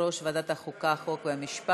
יושב-ראש ועדת החוקה, חוק ומשפט,